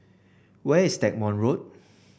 where is Stagmont Road